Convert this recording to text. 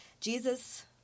Jesus